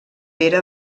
pere